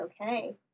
okay